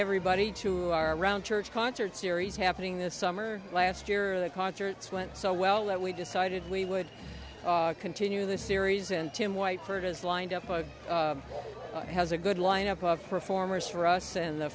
everybody to our round church concert series happening this summer last year the concerts went so well that we decided we would continue the series and tim white fur has lined up a has a good lineup of performers for us and the